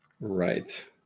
Right